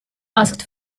asked